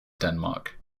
denmark